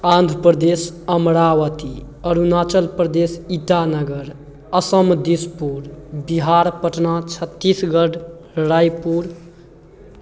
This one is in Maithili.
आन्ध्र प्रदेश अमरावति अरुणाचल प्रदेश इटानगर असम दिसपुर बिहार पटना छत्तीसगढ़ रायपुर